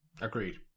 Agreed